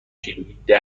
کیلوییده